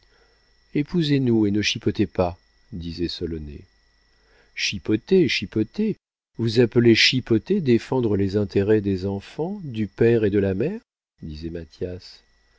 innocents épousez nous et ne chipotez pas disait solonet chipoter chipoter vous appelez chipoter défendre les intérêts des enfants du père et de la mère disait mathias